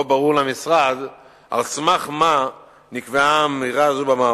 לא ברור למשרד על סמך מה נקבעה האמירה הזו במאמר,